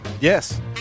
Yes